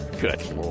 good